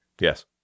Yes